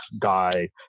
guy